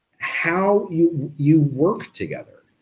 how you you work together.